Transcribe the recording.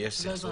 אומר מילה על